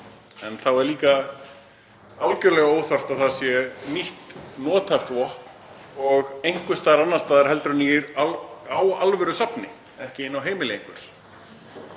en þá er líka algerlega óþarft að það sé nýtt, nothæft vopn og að það sé einhvers staðar annars staðar heldur en á alvörusafni, ekki inni á heimili einhvers.